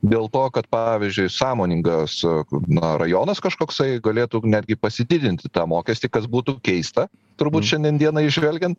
dėl to kad pavyzdžiui sąmoningas na rajonas kažkoksai galėtų netgi pasididinti tą mokestį kas būtų keista turbūt šiandien dienai žvelgiant